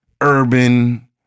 urban